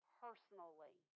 personally